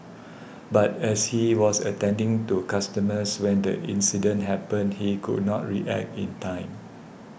but as he was attending to customers when the incident happened he could not react in time